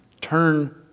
turn